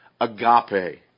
agape